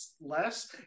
less